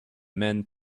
men